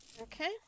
Okay